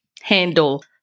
handle